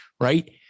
right